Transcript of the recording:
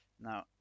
now